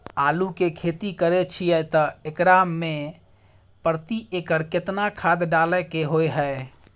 आलू के खेती करे छिये त एकरा मे प्रति एकर केतना खाद डालय के होय हय?